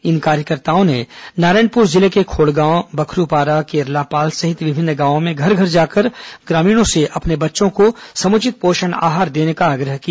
इन कार्यकर्ताओं ने नारायणपुर जिले के खोड़गांव बखरूपारा केरलापाल सहित विभिन्न गांवों में घर घर जाकर ग्रामीणों से अपने बच्चों को समुचित पोषण आहार देने का आग्रह किया